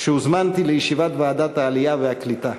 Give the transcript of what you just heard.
כשהוזמנתי לישיבת ועדת העלייה והקליטה.